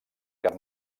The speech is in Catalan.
car